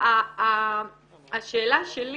השאלה שלי